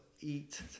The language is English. eat